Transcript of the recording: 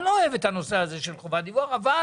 אני לא אוהב את הנושא הזה של חובת דיווח אבל